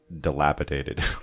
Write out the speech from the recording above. dilapidated